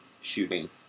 shooting